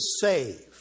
save